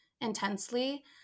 intensely